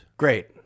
Great